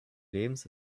lebens